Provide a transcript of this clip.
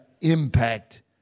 impact